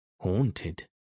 Haunted